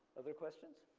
other questions?